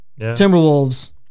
Timberwolves